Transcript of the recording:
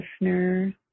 listener